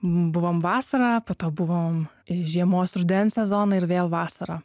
buvom vasarą po to buvom žiemos rudens sezoną ir vėl vasarą